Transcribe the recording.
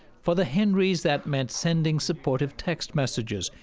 for the henrys, that meant sending supportive text messages,